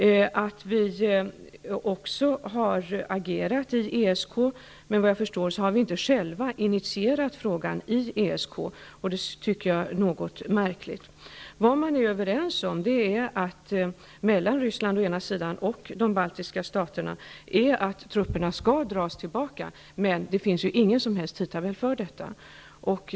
Vidare kan man utläsa att vi har agerat i ESK, men enligt vad jag förstår har vi inte själva initierat frågan i ESK, och det tycker jag är något märkligt. Vad man är överens om mellan Ryssland å ena sidan och de baltiska staterna å den andra är att trupperna skall dras tillbaka, men det finns ingen som helst tidtabell för detta.